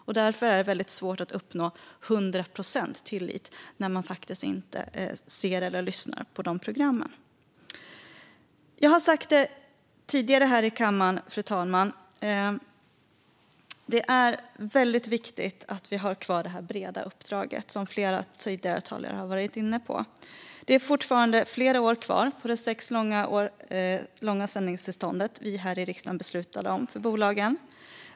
Det är väldigt svårt att uppnå hundra procents tillit när människor faktiskt inte ser eller lyssnar på programmen. Jag har sagt detta tidigare här i kammaren, fru talman: Det är väldigt viktigt att vi har kvar det breda uppdraget, som flera tidigare talare har varit inne på. Det är fortfarande flera år kvar på det sex år långa sändningstillstånd som vi här i riksdagen beslutade om för bolagen.